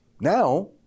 Now